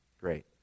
great